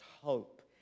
hope